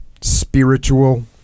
spiritual